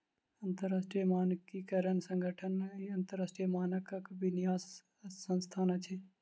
अंतरराष्ट्रीय मानकीकरण संगठन अन्तरराष्ट्रीय मानकक विन्यास संस्थान अछि